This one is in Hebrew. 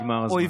נגמר הזמן.